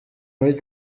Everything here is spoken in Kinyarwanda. muri